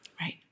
Right